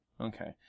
Okay